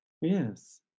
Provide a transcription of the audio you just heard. Yes